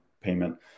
payment